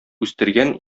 үстергән